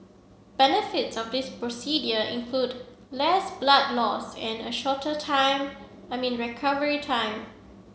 benefits of this include less blood loss and a shorter time recovery time